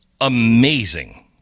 amazing